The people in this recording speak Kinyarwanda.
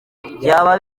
byaba